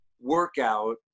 workout